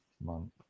month